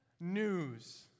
news